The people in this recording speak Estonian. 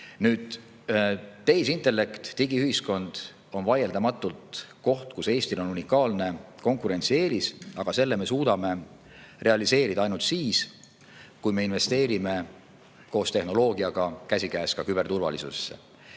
Nüüd, tehisintellekt ja digiühiskond on vaieldamatult kohad, kus Eestil on unikaalne konkurentsieelis, aga me suudame selle realiseerida ainult siis, kui me investeerime tehnoloogiaga käsikäes ka küberturvalisusesse.